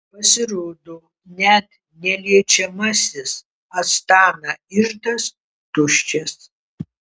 pasirodo net neliečiamasis astana iždas tuščias